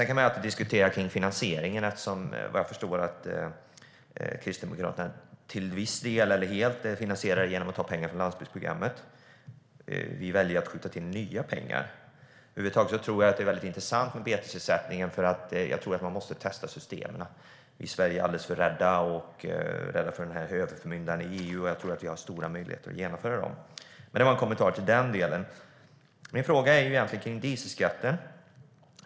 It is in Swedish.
Man kan alltid diskutera finansieringen. Vad jag förstår finansierar Kristdemokraterna betesersättningen helt eller åtminstone till viss del genom att ta pengar från landsbygdsprogrammet. Vi väljer att skjuta till nya pengar. Betesersättningen är intressant, för jag tror att vi måste testa systemen. I Sverige är vi alldeles för rädda för överförmyndaren EU. Jag tror att vi har stora möjligheter att genomföra dem. Det var en kommentar i den delen. Min fråga gäller dieselskatten.